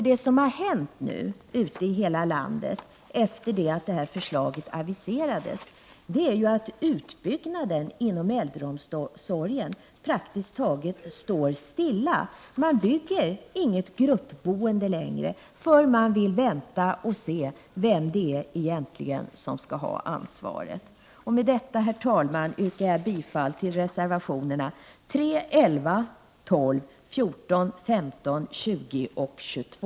Det som nu har hänt ute i hela landet sedan förslaget aviserades är att utbyggnaden inom äldreomsorgen praktiskt taget står stilla. Man bygger inte för gruppboende längre därför att man vill vänta och se vem som egentligen skall ha ansvaret. Med detta yrkar jag bifall till reservationerna 3, 11, 12, 14, 15, 20 och 22.